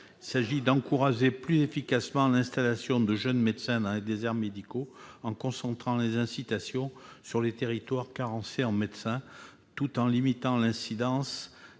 Il s'agit ainsi d'encourager plus efficacement l'installation des jeunes médecins dans les déserts médicaux, en concentrant les incitations sur les territoires carencés en médecins tout en limitant l'incidence